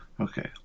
Okay